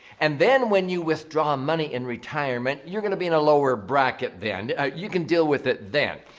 and then when you withdraw money in retirement, you're going to be in a lower bracket then. you can deal with it then.